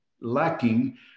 lacking